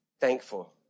thankful